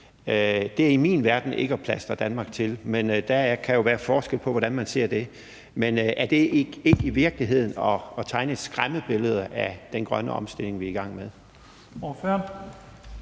det er i min verden ikke at plastre Danmark til, men der kan jo være forskel på, hvordan man ser på det. Men er det i virkeligheden ikke at tegne et skræmmebillede af den grønne omstilling, vi er i gang med?